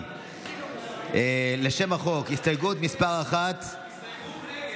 חברי הכנסת איימן עודה,